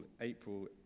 april